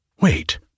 Wait